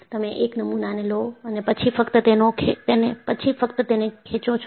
તમે એક નમૂના ને લો અને પછી ફક્ત તેને ખેંચો છો